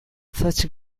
such